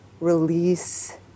release